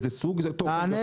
איזה סוג תוכן וכולי.